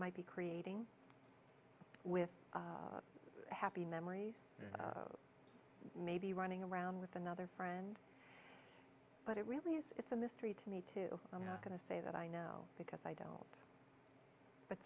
might be creating with happy memories maybe running around with another friend but it really it's a mystery to me too i'm going to say that i know because i don't but